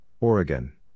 Oregon